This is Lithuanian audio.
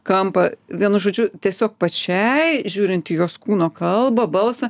kampą vienu žodžiu tiesiog pačiai žiūrint į jos kūno kalbą balsą